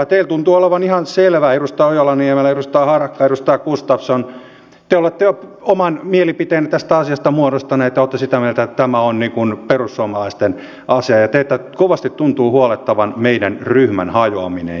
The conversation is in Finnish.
teille tuntuu olevan ihan selvää edustaja ojala niemelä ja edustaja harakka ja edustaja gustafsson te olette jo oman mielipiteenne tästä asiasta muodostaneet ja olette sitä mieltä että tämä on niin kuin perussuomalaisten asia ja teitä kovasti tuntuu huolettavan meidän ryhmämme hajoaminen